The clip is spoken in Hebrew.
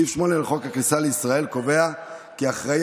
סעיף 8 לחוק הכניסה לישראל קובע כי אחראי